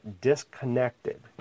disconnected